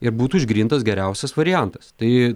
ir būtų išgrynintas geriausias variantas tai